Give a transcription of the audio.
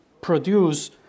produce